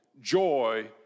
joy